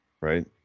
right